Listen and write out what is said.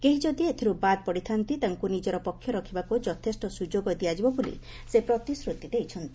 କେହି ଯଦି ଏଥିରୁ ବାଦ୍ ପଡ଼ିଥା'ନ୍ତି ତାଙ୍କୁ ନିଜର ପକ୍ଷ ରଖିବାକୁ ଯଥେଷ୍ଟ ସୁଯୋଗ ଦିଆଯିବ ବୋଲି ସେ ପ୍ରତିଶ୍ରୁତି ଦେଇଛନ୍ତି